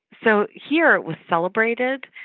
so here it was celebrated.